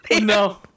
no